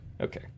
okay